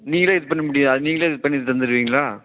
நீங்களே இது பண்ண முடியும் அது நீங்களே இது பண்ணி தந்துடுருவீங்களா